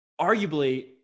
Arguably